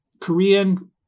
Korean